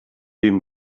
dem